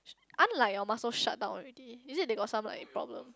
aren't like your muscle shut down already is it they got some like problem